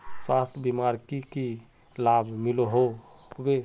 स्वास्थ्य बीमार की की लाभ मिलोहो होबे?